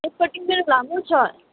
एकपट्टि मेरो लामो छ